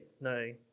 no